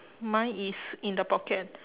mine is in the pocket